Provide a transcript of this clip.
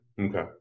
okay